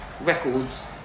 records